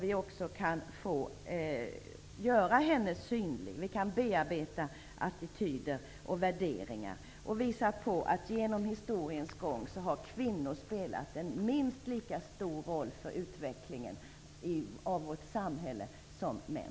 Vi kan göra henne synlig och bearbeta attityder och värderingar och visa att genom historiens gång har kvinnor spelat en minst lika stor roll för utvecklingen av vårt samhälle som män.